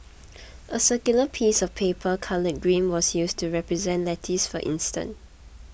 a circular piece of paper coloured green was used to represent lettuce for instance